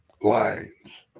lines